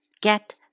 Get